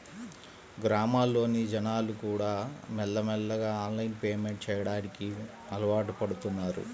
గ్రామాల్లోని జనాలుకూడా మెల్లమెల్లగా ఆన్లైన్ పేమెంట్ చెయ్యడానికి అలవాటుపడుతన్నారు